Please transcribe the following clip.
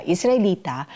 Israelita